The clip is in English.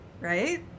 right